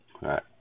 right